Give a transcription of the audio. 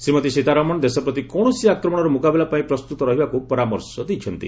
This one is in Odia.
ଶ୍ରୀମତୀ ସୀତାରମଣ ଦେଶ ପ୍ରତି କୌଣସି ଆକ୍ରମଣର ମୁକାବିଲା ପାଇଁ ପ୍ରସ୍ତୁତ ରହିବାକୁ ପରାମର୍ଶ ଦେଇଛନ୍ତି